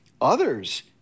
Others